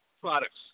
products